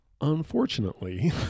Unfortunately